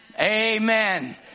Amen